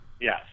yes